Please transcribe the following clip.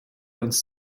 uns